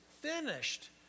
finished